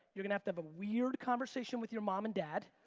you're gonna have to have a weird conversation with your mom and dad.